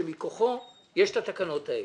שמכוחו יש את התקנות האלה,